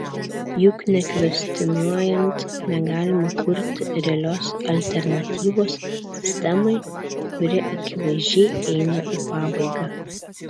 juk nekvestionuojant negalima kurti realios alternatyvos sistemai kuri akivaizdžiai eina į pabaigą